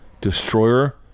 Destroyer